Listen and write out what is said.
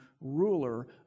ruler